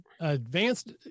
advanced